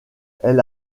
elle